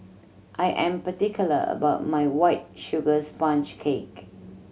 I am particular about my White Sugar Sponge Cake